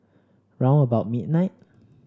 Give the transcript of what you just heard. round about midnight